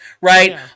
right